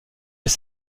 les